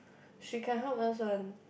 she can help us one